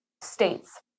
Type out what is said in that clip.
states